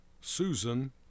Susan